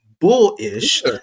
bullish